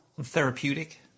Therapeutic